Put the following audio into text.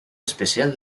especial